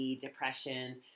depression